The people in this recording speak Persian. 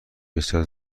بسیار